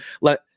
let